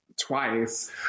twice